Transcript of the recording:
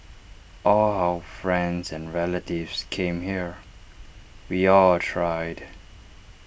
all our friends and relatives came here we all tried